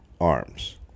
arms